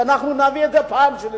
כשאנחנו נביא את זה פעם שלישית,